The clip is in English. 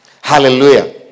hallelujah